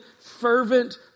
fervent